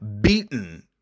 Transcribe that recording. beaten